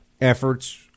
efforts